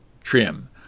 trim